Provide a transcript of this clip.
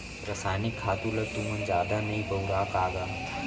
रसायनिक खातू ल तुमन जादा नइ बउरा का गा?